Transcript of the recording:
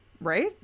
Right